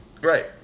Right